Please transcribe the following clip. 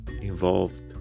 involved